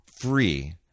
free